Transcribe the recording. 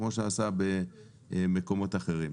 כמו שנעשה במקומות אחרים.